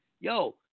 Yo